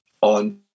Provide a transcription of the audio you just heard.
on